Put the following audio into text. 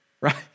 right